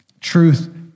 Truth